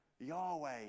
Yahweh